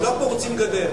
הם לא פורצים גדר,